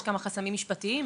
יש כמה חסמים משפטיים,